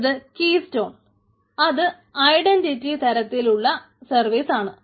അടുത്തത് key stone അത് identity തരത്തിൽ ഉള്ള സർവീസാണ്